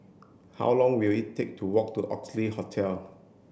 how long will it take to walk to Oxley Hotel